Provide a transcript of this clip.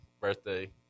birthday